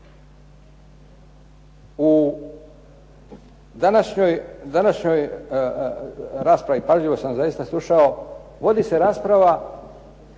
U današnjoj raspravi, pažljivo sam zaista slušao, vodi se rasprava